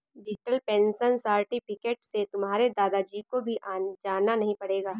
digital pension certificate से तुम्हारे दादा जी को भी जाना नहीं पड़ेगा